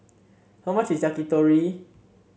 how much is Yakitori